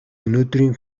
өнөөдрийн